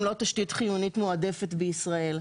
אם לא תשתית חיונית מועדפת בישראל.